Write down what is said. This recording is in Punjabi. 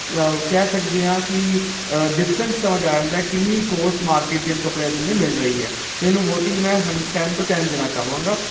ਕਹਿ ਸਕਦੇ ਹਾਂ ਕਿ ਡਿਫਰੈਂਸ ਸਮਝ ਆ ਜਾਂਦਾ ਕਿੰਨੀ ਕੋਸਟ ਮਾਰਕੀਟ ਦੇ ਅੰਦਰ ਕੱਪੜਿਆਂ ਦੇ ਅੰਦਰ ਮਿਲ ਰਹੀ ਹੈ ਅਤੇ ਇਹਨੂੰ ਵੋਟਿੰਗ ਮੈਂ ਹੰ ਟੈੱਨ ਟੂ ਟੈੱਨ ਦੇਣਾ ਚਾਹਵਾਂ ਗਾ